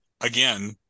again